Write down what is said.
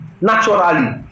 naturally